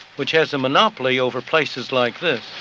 which has a monopoly over places like this.